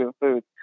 food